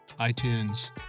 iTunes